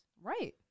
Right